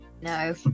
No